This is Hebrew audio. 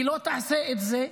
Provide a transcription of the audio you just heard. היא לא תעשה את זה,